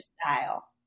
style